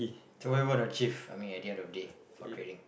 so what do you want to achieve at the end of the day for trading